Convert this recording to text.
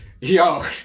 yo